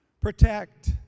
Protect